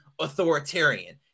authoritarian